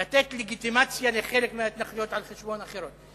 לתת לגיטימציה לחלק מההתנחלויות על-חשבון אחרות.